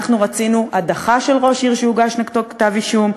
אנחנו רצינו הדחה של ראש עיר שיוגש נגדו כתב אישום,